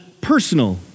personal